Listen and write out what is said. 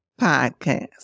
podcast